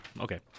Okay